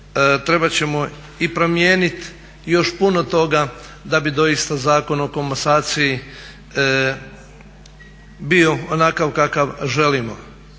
trebat ćemo i promijenit još puno toga da bi doista Zakon o komasaciji bio onakav kakav želimo.